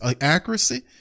accuracy